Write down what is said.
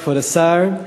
כבוד השר,